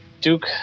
Duke